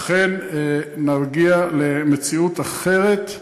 אכן נגיע למציאות אחרת,